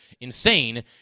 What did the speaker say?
insane